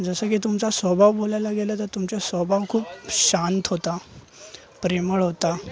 जसं की तुमचा स्वभाव बोलायला गेलं तर तुमचा स्वभाव खूप शांत होता प्रेमळ होता